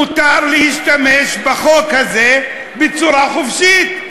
מותר להשתמש בחוק הזה בצורה חופשית,